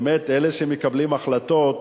באמת, אלה שמקבלים החלטות